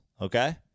Okay